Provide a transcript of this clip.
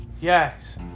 Yes